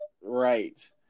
right